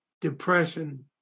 depression